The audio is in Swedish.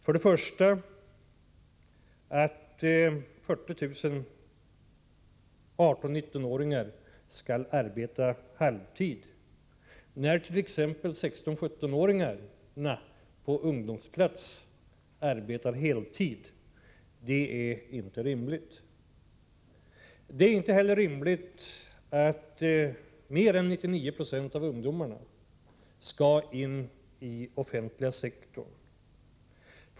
Först och främst var det det faktum att 40 000 18-19-åringar skall arbeta halvtid, medan t.ex. 16-17-åringarna på ungdomsplats arbetar heltid — det är inte rimligt. Det är inte heller rimligt att mer än 99 96 av ungdomarna skall arbeta inom den offentliga sektorn.